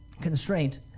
constraint